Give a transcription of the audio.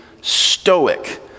Stoic